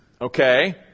okay